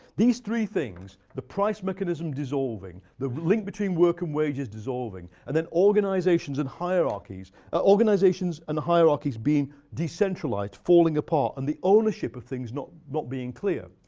these three things, the price mechanism dissolving, the link between work and wages dissolving, and then organizations and hierarchies ah organizations and hierarchies being decentralized, falling apart, and the ownership of things not not being clear.